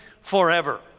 forever